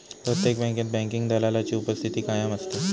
प्रत्येक बँकेत बँकिंग दलालाची उपस्थिती कायम असते